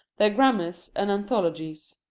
their grammars, and anthologies.